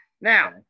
now